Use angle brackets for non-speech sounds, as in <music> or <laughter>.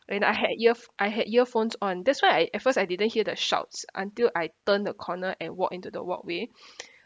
and I had earph~ I had earphones on that's why I at first I didn't hear the shouts until I turned the corner and walk into the walkway <breath>